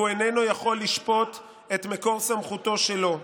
והוא איננו יכול לשפוט את מקור סמכותו שלו.